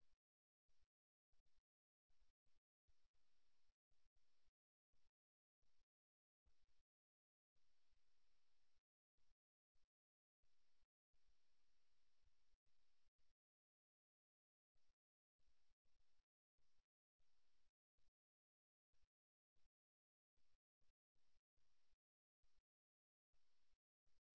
ஒரு குழுவில் அல்லது ஒரு சாயலில் நாம் மிகவும் வசதியாக உணரத் தொடங்குகையில் மற்றவர்களைத் தெரிந்துகொள்ளும்போது நாம் தொடர்ச்சியான இயக்கங்கள் வழியாக நகர்கிறோம் பின்னர் முதல் புகைப்படத்தில் காட்டப்படும் வகையில் குறுக்கு கைகள் மற்றும் கால்களைக் கொண்ட தற்காப்பு நிலையைத் தேர்ந்தெடுப்பதற்கு பதிலாக இரண்டாவது இடத்தில் காட்டப்பட்டுள்ளபடி படிப்படியாக மிகவும் நிதானமான நிலைக்கு செல்ல முடியும்